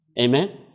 Amen